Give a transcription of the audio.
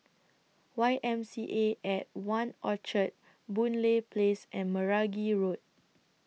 Y M C A At one Orchard Boon Lay Place and Meragi Road